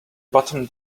bottom